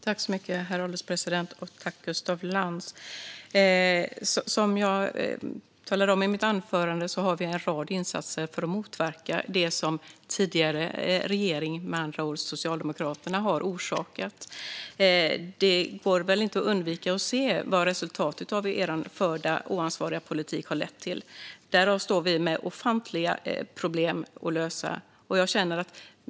Herr ålderspresident! Som jag nämnde i mitt anförande har vi en rad insatser för att motverka det som tidigare regering, med andra ord Socialdemokraterna, har orsakat. Det går inte att undvika att se vilka resultat er förda oansvariga politik har lett till. På grund av den står vi med ofantliga problem att lösa.